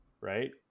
right